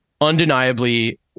Undeniably